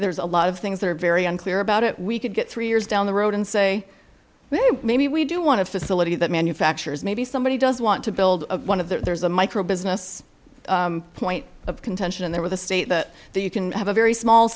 there's a lot of things that are very unclear about it we could get three years down the road and say maybe maybe we do want to facility that manufacturers maybe somebody does want to build one of there's a micro business point of contention in there with the state that you can have a very small